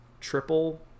triple